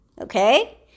okay